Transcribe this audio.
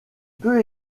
peut